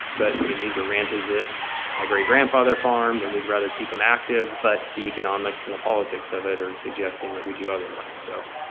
but, i mean, these are ranches that my great-grandfather farmed, and we'd rather keep them active. but the economics and the politics of it are suggesting that we do otherwise, so.